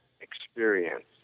experience